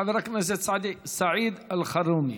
חבר הכנסת סעיד אלחרומי.